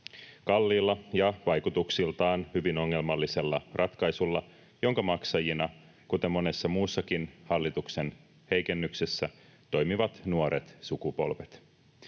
Kalliilla ja vaikutuksiltaan hyvin ongelmallisella ratkaisulla, jonka maksajina, kuten monessa muussakin hallituksen heikennyksessä, toimivat nuoret sukupolvet.